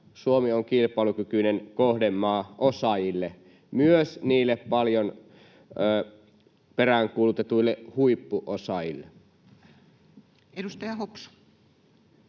Suomi on kilpailukykyinen kohdemaa osaajille, myös niille paljon peräänkuulutetuille huippuosaajille. Edustaja Hopsu.